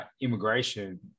immigration